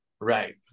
right